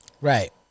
Right